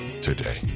today